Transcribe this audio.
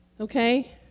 okay